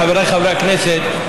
חבריי חברי הכנסת,